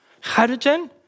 Hydrogen